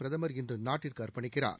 பிரதமர் இன்று நாட்டிற்கு அர்பணிக்கிறார்